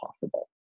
possible